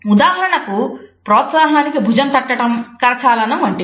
ఉదాహరణకు ప్రోత్సాహానికి భుజం తట్టడం కరచాలనం వంటివి